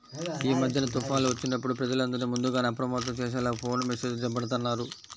యీ మద్దెన తుఫాన్లు వచ్చినప్పుడు ప్రజలందర్నీ ముందుగానే అప్రమత్తం చేసేలా ఫోను మెస్సేజులు బెడతన్నారు